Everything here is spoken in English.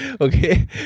Okay